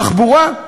תחבורה,